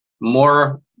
more